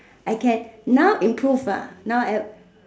I can now improve ah now